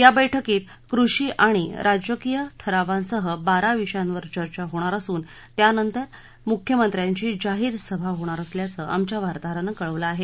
या बैठकीत कृषी आणि राज्यकीय ठरावांसह बारा विषयांवर चर्चा होणार असून त्यानंतर मुख्यमंत्र्यांची जाहीर सभा होणार असल्याचं आमच्या वार्ताहरानं कळवलं आहे